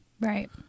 right